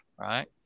right